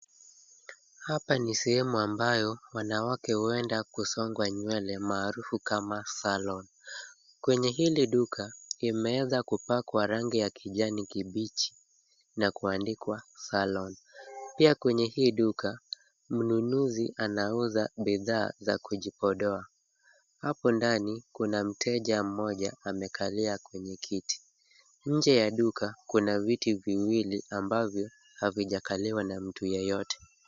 Hapa ni sehemu ambayo wanawake huenda kusongwa nywele maarufu kama salon . Kwenye hili duka imeweza kupakwa rangi ya kijani kibichi na kuandikwa salon . Pia kwenye hii dika mnunuzi anauza bidhaa za kujipodoa. Hapo ndani kuna mteja mmoja amekalia kwenye kiti. Nje ya duka kuna viti viwili ambavyo havijakaliwa na mtu yeyote.